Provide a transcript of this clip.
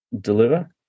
Deliver